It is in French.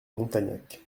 montagnac